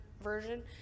version